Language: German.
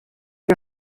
ihr